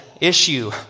issue